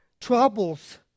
troubles